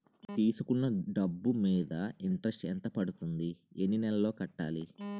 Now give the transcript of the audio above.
తీసుకున్న డబ్బు మీద ఇంట్రెస్ట్ ఎంత పడుతుంది? ఎన్ని నెలలో కట్టాలి?